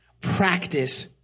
Practice